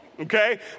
okay